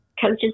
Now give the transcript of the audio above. coaches